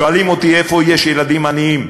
שואלים אותי איפה יש ילדים עניים.